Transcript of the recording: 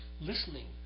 listening